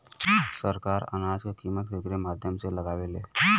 सरकार अनाज क कीमत केकरे माध्यम से लगावे ले?